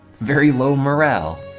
very low morale